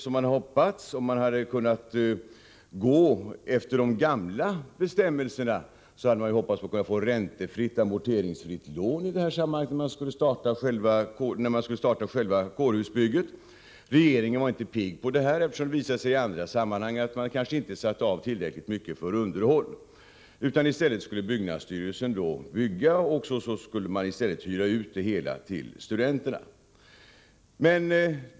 Om man hade kunnat gå efter de gamla bestämmelserna, hade man också hoppats kunna få ett räntefritt amorteringsfritt lån i samband med startandet av själva kårhusbygget. Regeringen var inte pigg på detta, eftersom det hade visat sig att man i andra sammanhang inte hade avsatt tillräckligt mycket pengar för underhåll. I stället skulle byggnadsstyrelsen bygga projektet och hyra ut det hela till studenterna.